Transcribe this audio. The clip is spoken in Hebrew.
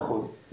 נכון.